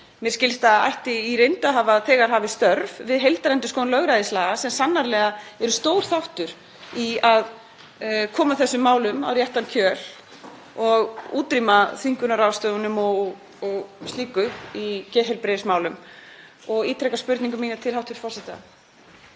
mér skilst að ætti í reynd að hafa nú þegar hafið störf við heildarendurskoðun lögræðislaga, sem sannarlega eru stór þáttur í að koma þessum málum á réttan kjöl og útrýma þvingunarráðstöfunum og slíku í geðheilbrigðismálum. Ég ítreka spurningu mína til hæstv. forseta.